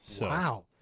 Wow